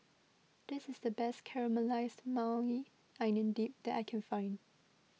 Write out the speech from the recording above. this is the best Caramelized Maui Onion Dip that I can find